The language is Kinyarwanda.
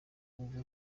bwo